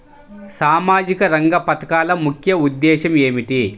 సామాజిక రంగ పథకాల ముఖ్య ఉద్దేశం ఏమిటీ?